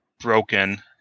broken